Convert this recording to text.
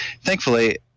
Thankfully